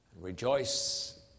Rejoice